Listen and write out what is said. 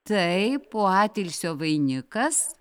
taip o atilsio vainikas